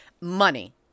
money